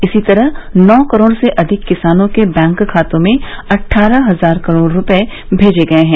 इसी तरह नौ करोड़ से अधिक किसानों के बैंक खातों में अट्ठारह हजार करोड़ रुपए भेजे गए हैं